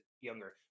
younger